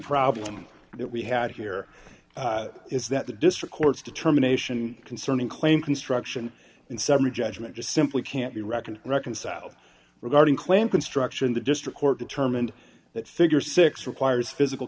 problem that we had here is that the district court's determination concerning claim construction and summary judgment just simply can't be reckoned reconciled regarding claim construction the district court determined that figure six requires physical